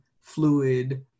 fluid